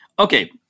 Okay